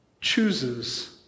chooses